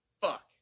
fuck